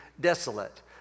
desolate